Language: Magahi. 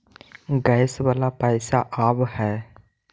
गैस वाला पैसा आव है?